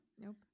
Nope